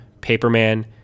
Paperman